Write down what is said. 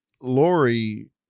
Lori